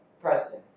Preston